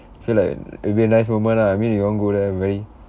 I feel like err it'll be a nice moment ah I mean you want go there very